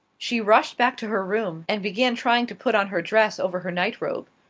she rushed back to her room and began trying to put on her dress over her nightrobe.